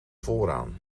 vooraan